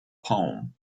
poem